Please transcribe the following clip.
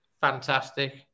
Fantastic